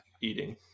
Eating